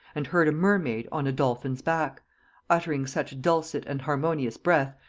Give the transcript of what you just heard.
and heard a mermaid on a dolphin s back uttering such dulcet and harmonious breath,